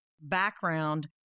background